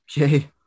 Okay